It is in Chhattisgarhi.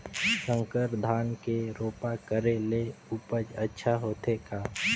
संकर धान के रोपा करे ले उपज अच्छा होथे का?